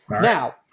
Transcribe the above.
Now